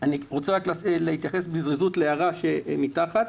אני רוצה להתייחס בזריזות להערה שמופיעה מתחת.